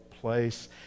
place